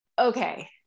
okay